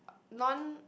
non